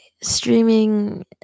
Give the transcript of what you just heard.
streaming